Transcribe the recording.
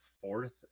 fourth